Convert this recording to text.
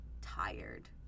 tired